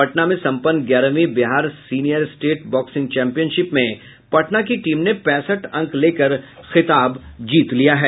पटना में सम्पन्न ग्यारहवीं Bihar senior state boxing championship में पटना की टीम ने पैंसठ अंक लेकर खिताब जीत लिया है